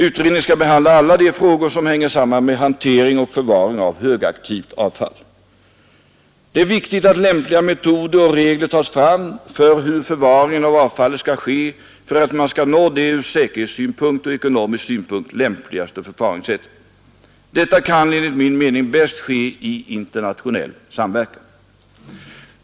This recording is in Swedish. Utredningen skall behandla alla de frågor som hänger samman med hantering och förvaring av högaktivt avfall. Det är viktigt att lämpliga metoder och regler tas fram för hur förvaringen av avfallet skall ske för att man skall nå det ur säkerhetssynpunkt och ekonomisk synpunkt lämpligaste förfaringssättet. Detta kan enligt min mening bäst ske i internationell samverkan.